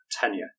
tenure